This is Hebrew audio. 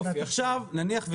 עכשיו נניח,